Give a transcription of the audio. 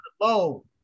low